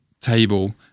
table